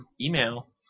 email